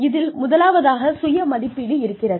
இதில் முதலாவதாக சுய மதிப்பீடு இருக்கிறது